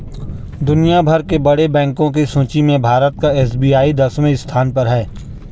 दुनिया भर के बड़े बैंको की सूची में भारत का एस.बी.आई दसवें स्थान पर है